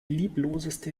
liebloseste